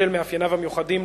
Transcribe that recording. בשל מאפייניו המיוחדים,